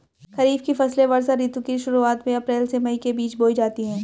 खरीफ की फसलें वर्षा ऋतु की शुरुआत में अप्रैल से मई के बीच बोई जाती हैं